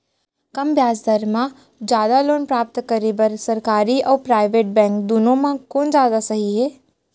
कम ब्याज दर मा जादा लोन प्राप्त करे बर, सरकारी अऊ प्राइवेट बैंक दुनो मा कोन जादा सही हे?